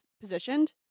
positioned